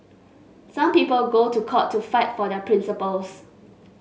some people go to court to fight for their principles